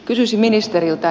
kysyisin ministeriltä